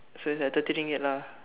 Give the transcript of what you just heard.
so it's like thirty Ringgit lah